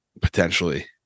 potentially